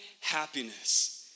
happiness